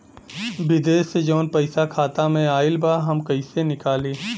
विदेश से जवन पैसा खाता में आईल बा हम कईसे निकाली?